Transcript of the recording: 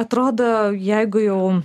atrodo jeigu jau